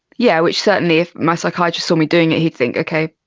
yeah which certainly if my psychiatrist saw me doing it he'd think, okay,